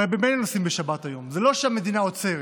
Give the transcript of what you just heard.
הרי ממילא נוסעים בשבת היום, זה לא שהמדינה עוצרת,